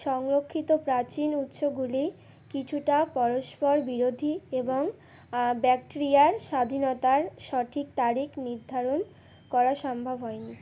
সংরক্ষিত প্রাচীন উৎসগুলি কিছুটা পরস্পর বিরোধী এবং ব্যাকটেরিয়ার স্বাধীনতার সঠিক তারিখ নির্ধারণ করা সম্ভব হয়নি